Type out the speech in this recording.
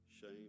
shame